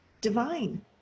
divine